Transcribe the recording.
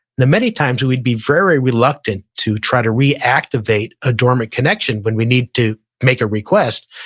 now many times we would be very reluctant to try to reactivate a dormant connection when we need to make a request,